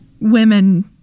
women